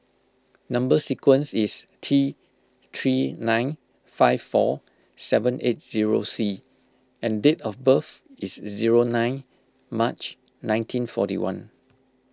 Number Sequence is T three nine five four seven eight zero C and date of birth is zero nine March nineteen forty one